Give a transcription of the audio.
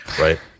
right